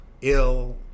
ill